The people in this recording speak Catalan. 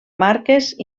marques